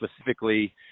specifically